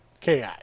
Ki